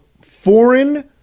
foreign